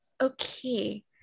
Okay